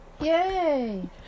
yay